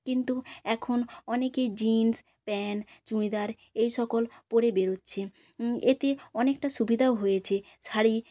কিন্তু এখন অনেকেই জিন্স প্যান্ট চুড়িদার এই সকল পরে বেরোচ্ছে এতে অনেকটা সুবিধাও হয়েছে শাড়ি